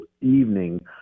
evening